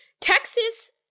Texas